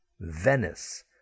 Venice